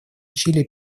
чили